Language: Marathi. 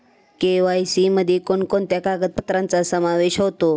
के.वाय.सी मध्ये कोणकोणत्या कागदपत्रांचा समावेश होतो?